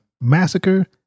massacre